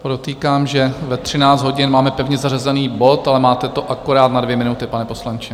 Podotýkám, že ve 13 hodin máme pevně zařazený bod, ale máte to akorát na dvě minuty, pane poslanče.